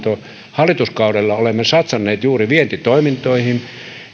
hallituskaudella olemme satsanneet juuri vientitoimintoihin